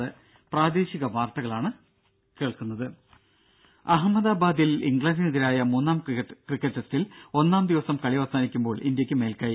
രും അഹമ്മദാബാദിൽ ഇംഗ്ലണ്ടിനെതിരായ മൂന്നാം ക്രിക്കറ്റ് ടെസ്റ്റിൽ ഒന്നാം ദിവസം കളി അവസാനിക്കുമ്പോൾ ഇന്ത്യക്ക് മേൽക്കെ